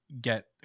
get